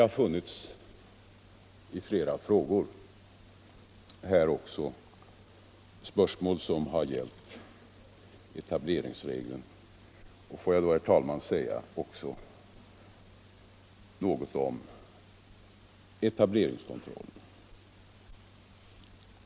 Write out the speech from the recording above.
I flera av de frågor som ställts har etableringsregeln berörts, och jag vill därför, herr talman, säga några ord också om etableringskontrollen.